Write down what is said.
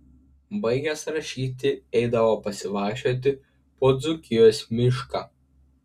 baigęs rašyti eidavo pasivaikščioti po dzūkijos mišką